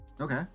Okay